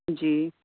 جی